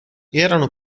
erano